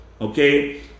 Okay